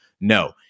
No